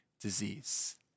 disease